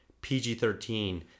pg-13